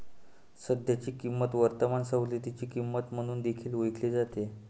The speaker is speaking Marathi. सध्याची किंमत वर्तमान सवलतीची किंमत म्हणून देखील ओळखली जाते